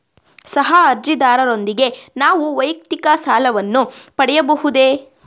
ಸಹ ಅರ್ಜಿದಾರರೊಂದಿಗೆ ನಾನು ವೈಯಕ್ತಿಕ ಸಾಲವನ್ನು ಪಡೆಯಬಹುದೇ?